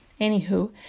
Anywho